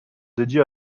dédiée